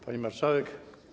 Pani Marszałek!